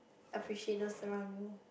appreciate those around you